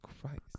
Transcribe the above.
Christ